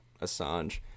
Assange